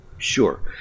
Sure